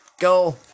go